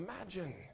imagine